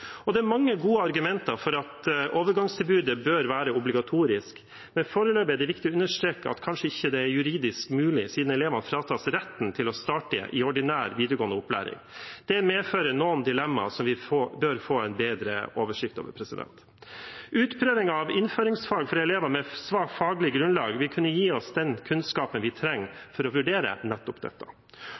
Det er mange gode argumenter for at overgangstilbudet bør være obligatorisk, men foreløpig er det viktig å understreke at det kanskje ikke er juridisk mulig, siden elevene fratas retten til å starte i ordinær videregående opplæring. Det medfører noen dilemmaer som vi bør få en bedre oversikt over. Utprøvingen av innføringsfag for elever med svakt faglig grunnlag vil kunne gi oss den kunnskapen vi trenger for å vurdere nettopp dette.